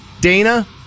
Dana